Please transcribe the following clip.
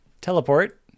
teleport